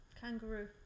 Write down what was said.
Kangaroo